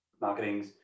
Marketings